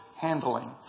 handling